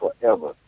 forever